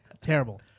Terrible